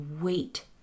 wait